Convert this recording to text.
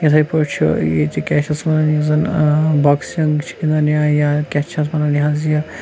یِتھٕے پٲٹھۍ چھُ ییٚتہِ کیاہ چھِ اَتھ وَنان یُس زن بۄکسِنٛگ چھِ گِنٛدان یا یا کیاہ چھِ اَتھ وَنان یہِ حظ یہِ